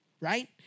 right